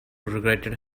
regretted